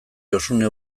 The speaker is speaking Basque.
josune